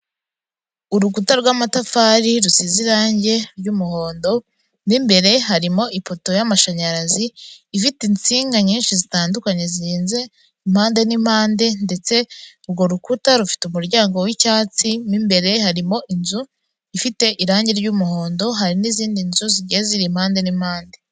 Urukuta rw'amatafari rusize irangi ry'umuhondo, mo imbere harimo ipoto y'amashanyarazi, ifite insinga nyinshi zitandukanye zirenze impande n'impande, ndetse urwo rukuta rufite umuryango w'icyatsi, mo imbere harimo inzu ifite irangi ry'umuhondo, hari n'izindi nzu zigiye ziri impande n'impande.